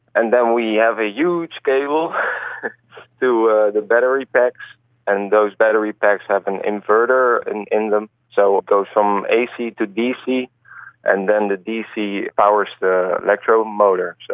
and then we have a huge cable to ah the battery packs and those battery packs have an inverter in them so it goes from ac to dc and then the dc powers the electro motors.